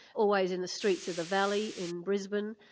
always in the streets of the valley in brisbane,